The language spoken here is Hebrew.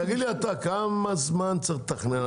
תגיד לי אתה, כמה זמן צריך לתכנן?